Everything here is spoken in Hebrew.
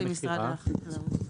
אני מציעה לפנות למשרד החקלאות.